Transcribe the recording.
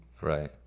Right